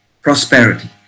Prosperity